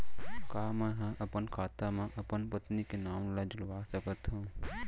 का मैं ह अपन खाता म अपन पत्नी के नाम ला जुड़वा सकथव?